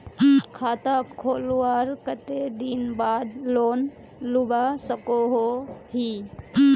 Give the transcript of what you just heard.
खाता खोलवार कते दिन बाद लोन लुबा सकोहो ही?